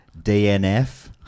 DNF